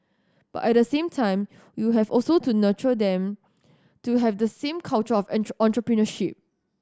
but at the same time you have also to nurture them to have the same culture of entry entrepreneurship